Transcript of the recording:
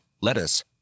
lettuce